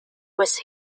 was